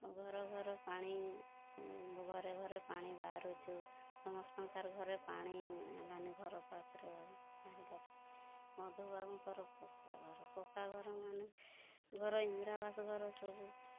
ମୋ ଘର ଘର ପାଣି ଘରେ ଘରେ ପାଣି ବାହାରୁଛୁ ସମସ୍ତଙ୍କର ଘରେ ପାଣି ହେଲାନି ଘରପାଖରେ ମଧୁବାବୁଙ୍କର ପକ୍କାଘର ପକ୍କାଘର ମାନେ ଘର ଇନ୍ଦିରାଆବାସ ଘର ସବୁ